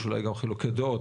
ישנן גם חילוקי דעות,